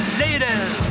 ladies